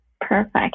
Perfect